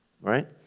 Right